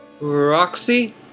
Roxy